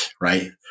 right